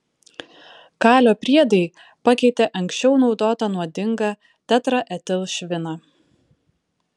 kalio priedai pakeitė anksčiau naudotą nuodingą tetraetilšviną